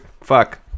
Fuck